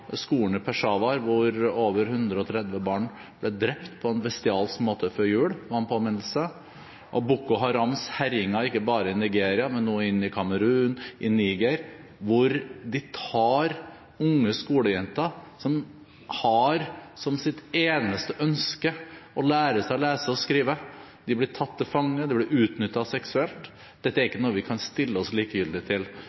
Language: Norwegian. hvor over 130 barn ble drept på en bestialsk måte før jul, var en påminnelse, og Boko Harams herjinger, ikke bare i Nigeria, men nå i Kamerun og i Niger, hvor unge skolejenter, som har som sitt eneste ønske å lære seg å lese og skrive, blir tatt til fange og utnyttet seksuelt. Dette er ikke noe vi kan stille oss likegyldige til.